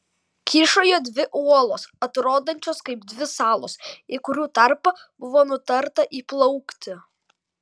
kyšojo dvi uolos atrodančios kaip dvi salos į kurių tarpą buvo nutarta įplaukti